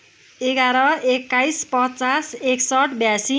एघार एक्काइस पचास एक्सठ ब्यासी